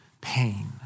pain